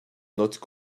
notes